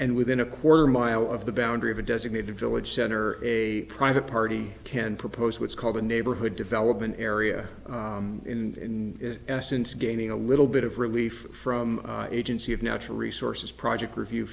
and within a quarter mile of the boundary of a designated village center a private party can propose what's called a neighborhood development area in essence gaining a little bit of relief from agency of natural resources project review